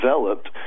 developed